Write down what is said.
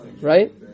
right